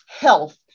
health